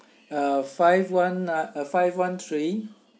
uh five one uh five one three